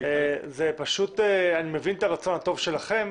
אני מבין את הרצון הטוב שלכם